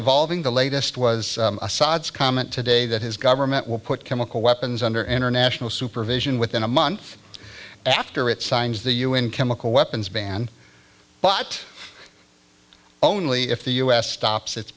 evolving the latest was assad's comment today that his government will put chemical weapons under international supervision within a month after it signs the u n chemical weapons ban but only if the u s stops its